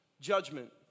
judgment